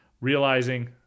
realizing